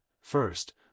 first